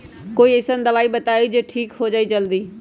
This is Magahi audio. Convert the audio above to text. कोई अईसन दवाई बताई जे से ठीक हो जई जल्दी?